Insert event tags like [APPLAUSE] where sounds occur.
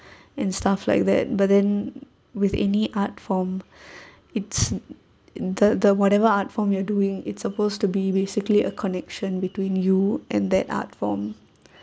and stuff like that but then with any art form [BREATH] it's in the the whatever art form you're doing it's supposed to be basically a connection between you and that art form